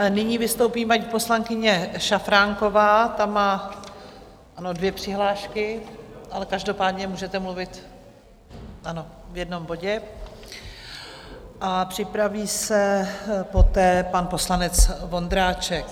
Nyní vystoupí paní poslankyně Šafránková, ta má dvě přihlášky, ale každopádně můžete mluvit ano, v jednom bodě a připraví se poté pan poslanec Vondráček.